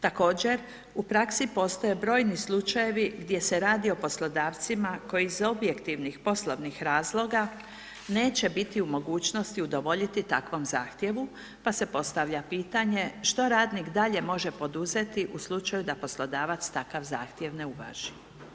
Također u praksi postoje brojni slučajevi gdje se radi o poslodavcima koji iz objektivnih poslovnih razloga neće biti u mogućnosti udovoljiti takvom zahtjevu pa se postavlja pitanje što radnik dalje može poduzeti u slučaju da poslodavac takav zahtjev ne uvaži.